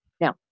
Now